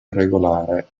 irregolare